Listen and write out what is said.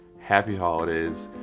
happy holidays.